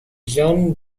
john